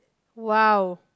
!wow!